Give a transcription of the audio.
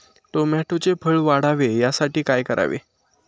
टोमॅटोचे फळ वाढावे यासाठी काय करावे?